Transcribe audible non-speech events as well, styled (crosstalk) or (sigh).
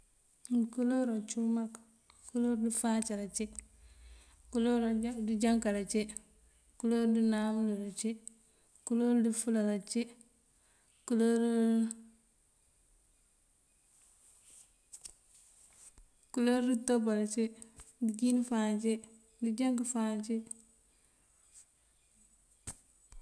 (hesitation) Kuloor acum mak, koloor dëfáacal ací, kuloor dëjánkal ací, kuloor dënáamulël ací, kuloor dëfëlal ací, kuloor kuloor dëtopal ací, dëjín fáan ací, dëjánk fáan ací. (noise)